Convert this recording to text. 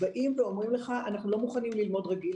באים ואומרים לך: אנחנו לא מוכנים ללמוד רגיל,